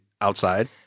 outside